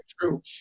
true